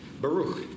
Baruch